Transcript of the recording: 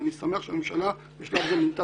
ואני שמח שהממשלה בשלב זה מינתה